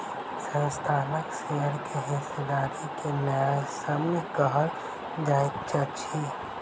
संस्थानक शेयर के हिस्सेदारी के न्यायसम्य कहल जाइत अछि